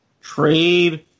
Trade